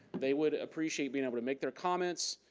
they would appreciate being able to make their comments,